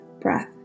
breath